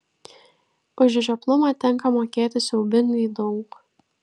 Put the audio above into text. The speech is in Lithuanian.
už žioplumą tenka mokėti siaubingai daug